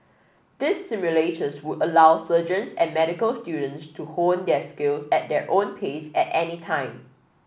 these simulators would allow surgeons and medical students to hone their skills at their own pace at any time